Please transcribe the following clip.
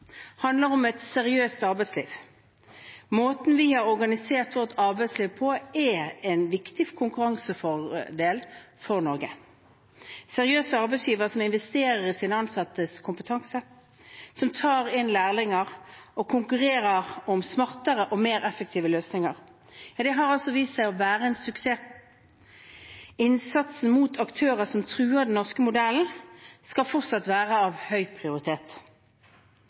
handler om et seriøst arbeidsliv. Måten vi har organisert vårt arbeidsliv på, er en viktig konkurransefordel for Norge. Seriøse arbeidsgivere som investerer i sine ansattes kompetanse, som tar inn lærlinger og konkurrerer om smartere og mer effektive løsninger, har vist seg å være en suksess. Innsatsen mot aktører som truer den norske modellen, skal fortsatt være av høy prioritet.